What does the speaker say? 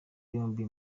yombi